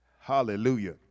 Hallelujah